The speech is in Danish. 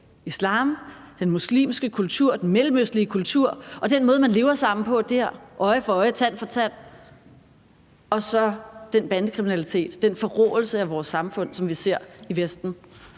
islam, den muslimske kultur, den mellemøstlige kultur og den måde, man lever sammen på der – øje for øje, tand for tand – og så den bandekriminalitet og den forråelse af vores samfund, som vi ser i Vesten?